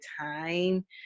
time